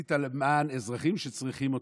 עשית למען אזרחים שצריכים אותך,